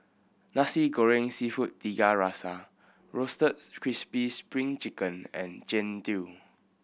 Nasi Goreng Seafood Tiga Rasa Roasted Crispy Spring Chicken and Jian Dui